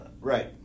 Right